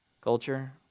culture